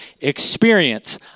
experience